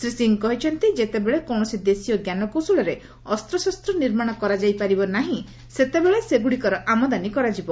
ଶ୍ରୀ ସିଂହ କହିଛନ୍ତି ଯେତେବେଳେ କୌଣସି ଦେଶୀୟ ଜ୍ଞାନକୌଶଳରେ ଅସ୍ତଶସ୍ତ ନିର୍ମାଣ କରାଯାଇ ପାରିବ ନାହିଁ ସେତେବେଳେ ସେଗୁଡ଼ିକର ଆମଦାନୀ କରାଯିବ